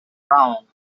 round